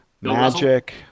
Magic